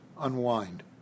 unwind